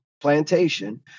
plantation